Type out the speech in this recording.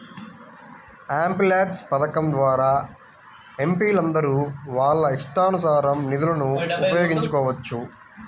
MPLADS పథకం ద్వారా ఎంపీలందరూ వాళ్ళ ఇష్టానుసారం నిధులను ఉపయోగించుకోవచ్చు